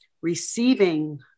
receiving